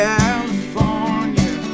California